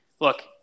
look